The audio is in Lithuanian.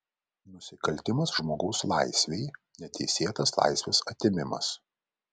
nusikaltimas žmogaus laisvei neteisėtas laisvės atėmimas